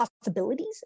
possibilities